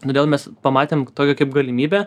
todėl mes pamatėm tokią kaip galimybę